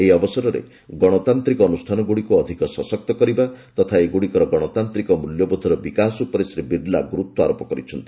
ଏହି ଅବସରରେ ଗଣତାନ୍ତ୍ରିକ ଅନୁଷ୍ଠାନଗୁଡ଼ିକୁ ଅଧିକ ସଶକ୍ତ କରିବା ତଥା ଏଗୁଡ଼ିକର ଗଣତାନ୍ତ୍ରିକ ମୂଲ୍ୟବୋଧର ବିକାଶ ଉପରେ ଶ୍ରୀ ବିର୍ଲା ଗୁରୁତ୍ୱାରୋପ କରିଛନ୍ତି